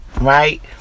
right